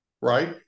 Right